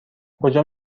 کجا